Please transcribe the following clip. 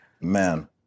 man